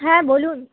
হ্যাঁ বলুন